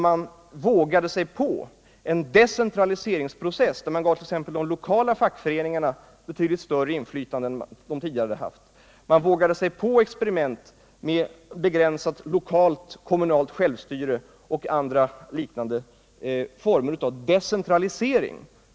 Man vågade sig på en decentraliseringsprocess, där man t.ex. gav de lokala fackföreningarna betydligt större inflytande än de tidigare hade haft. Man vågade sig på experiment med begränsat lokalt kommunalt självstyre och andra liknande former av decentralisering.